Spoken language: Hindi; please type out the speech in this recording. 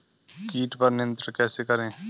कीट पर नियंत्रण कैसे करें?